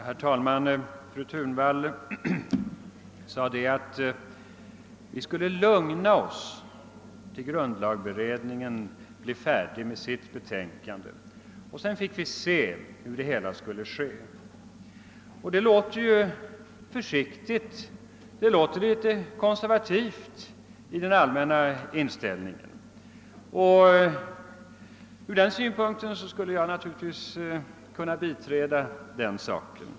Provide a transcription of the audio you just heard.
Herr talman! Fru Thunvall sade, att vi skulle lugna oss tills grundlagbered 4å Nr 10 Kvinnlig tronföljd ningen framlagt sitt betänkande och och därefter fick vi se hur det hela skulle ske. Det låter litet konservativt i den allmänna inställningen och ur den synpunkten skulle jag naturligtvis kunna: biträda den saken.